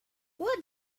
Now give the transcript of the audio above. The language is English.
what